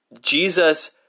Jesus